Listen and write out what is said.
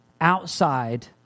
outside